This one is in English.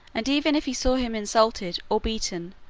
and even if he saw him insulted, or beaten,